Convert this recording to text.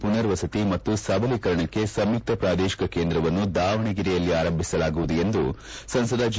ಪುನರ್ವಸತಿ ಮತ್ತು ಸಬಲೀಕರಣಕ್ಕೆ ಸಂಯುಕ್ತ ಪ್ರಾದೇಶಿಕ ಕೇಂದ್ರವನ್ನು ದಾವಣಗೆರೆಯಲ್ಲಿ ಆರಂಭಿಸಲಾಗುವುದು ಎಂದು ಸಂಸದ ಜಿ